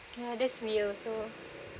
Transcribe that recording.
ya that's me also